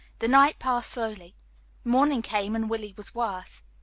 the night passed slowly morning came, and willie was worse.